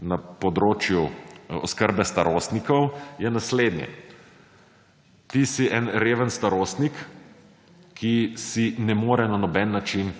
na področju oskrbe starostnikov je naslednje – ti si en reven starostnik, ki si ne more na noben način